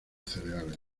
cereales